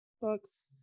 Books